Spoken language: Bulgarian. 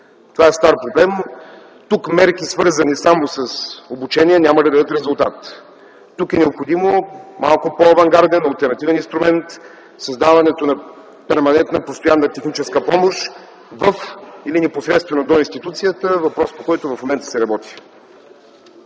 Това е стар проблем. Тук мерки, свързани само с обучение, няма да дадат резултат. Тук е необходим малко по-авангарден, алтернативен инструмент, създаването на перманентна, постоянна техническа помощ в или непосредствено до институцията – въпрос, по който в момента се работи.